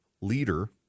leader